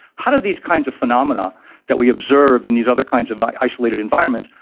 how do these kinds of phenomena that we observed in these other kinds of isolated environments,